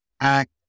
act